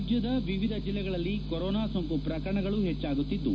ರಾಜ್ಯದ ವಿವಿಧ ಜಲ್ಲೆಗಳಲ್ಲಿ ಕೊರೊನಾ ಸೋಂಕು ಪ್ರಕರಣಗಳು ಹೆಚ್ಚಾಗುತ್ತಿದ್ದು